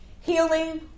healing